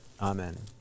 Amen